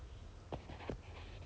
对 lor so ya